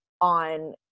on